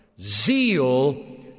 Zeal